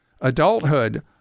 adulthood